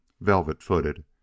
velvet-footed